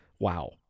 Wow